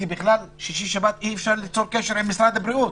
כי בשישי שבת אי-אפשר ליצור קשר עם משרד הבריאות.